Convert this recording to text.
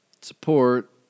support